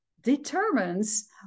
determines